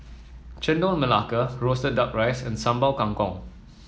Chendol Melaka roasted duck rice and Sambal Kangkong